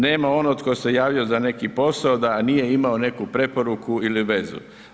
Nema onog tko se javio za neki posao da nije imao neku preporuku ili vezu.